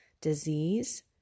disease